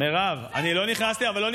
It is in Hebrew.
מדובר ברוצח של שלושה אנשים שהוא שרף בבית,